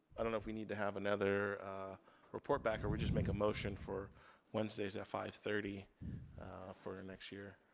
i don't know if we need to have another report back, or we just make a motion for wednesdays at five thirty for our next year.